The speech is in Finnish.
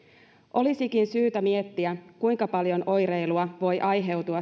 olisikin syytä miettiä kuinka paljon oireilua voi aiheutua